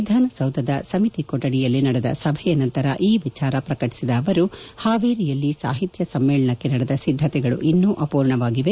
ವಿಧಾನಸೌಧದ ಸಮಿತಿ ಕೊಠಡಿಯಲ್ಲಿ ನಡೆದ ಸಭೆಯ ನಂತರ ಈ ವಿಚಾರ ಪ್ರಕಟಿಸಿದ ಅವರು ಹಾವೇರಿಯಲ್ಲಿ ಸಾಹಿತ್ಯ ಸಮ್ನೇಳನಕ್ಕೆ ನಡೆದ ಸಿದ್ದತೆಗಳು ಇನ್ನು ಅಪೂರ್ಣವಾಗಿದೆ